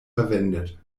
verwendet